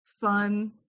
fun